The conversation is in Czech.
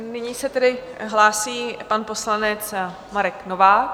Nyní se tedy hlásí pan poslanec Marek Novák.